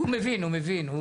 הוא מבין, הוא מבין.